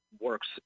works